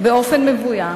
באופן מבוים,